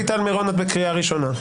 שלי, את בקריאה שנייה.